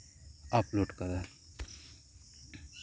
upload ᱠᱟᱫᱟ